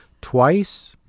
twice